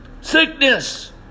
sickness